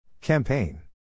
Campaign